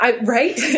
Right